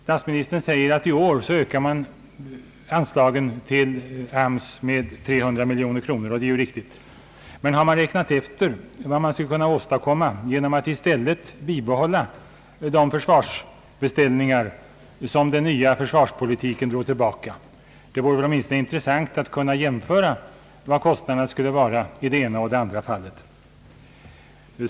Statsministern säger att man i år ökar anslagen till AMS med 300 miljoner kronor, och det är ju riktigt. Men har man räknat efter vad man skulle kunna åstadkomma genom att i stället bibehålla de försvarsbeställningar som den nya försvarspolitiken drog tillbaka? Det vore åtminstone intressant att kunna jämföra vad kostnaderna skulle kunna vara i det ena och det andra fallet.